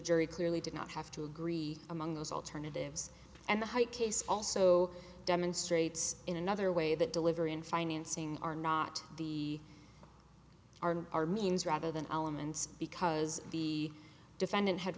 jury clearly did not have to agree among those alternatives and the high case also demonstrates in another way that delivery in financing are not the aren't are means rather than elements because the defendant had